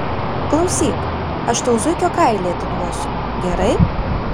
klausyk aš tau zuikio kailį atiduosiu gerai